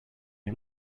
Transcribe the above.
you